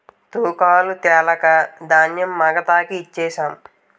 తూకాలు తెలక ధాన్యం మగతాకి ఇచ్ఛేససము